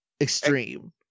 Extreme